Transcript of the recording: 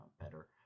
better